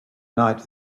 night